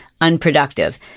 unproductive